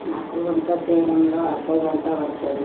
నాకు వంట చేయడంలో అర్ధగంట పడుతుంది